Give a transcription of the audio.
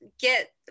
get